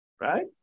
Right